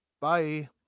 bye